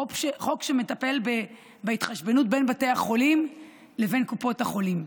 חוק שמטפל בהתחשבנות בין בתי החולים לבין קופות החולים.